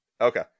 Okay